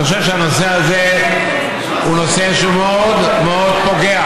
אני חושב שהנושא הזה הוא נושא שהוא מאוד מאוד פוגע